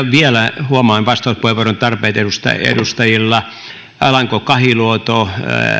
vielä huomaan vastauspuheenvuoron tarpeet edustajilla alanko kahiluoto